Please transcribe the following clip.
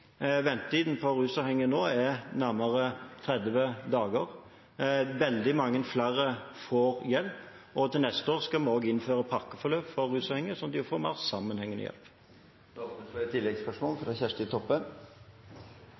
Ventetiden for rusavhengige nå er nærmere 30 dager. Veldig mange flere får hjelp. Til neste år skal vi også innføre pakkeforløp for rusavhengige, sånn at de får mer sammenhengende hjelp. Det åpnes for ett oppfølgingsspørsmål – fra Kjersti Toppe.